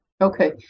Okay